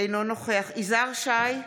אינו נוכח יזהר שי,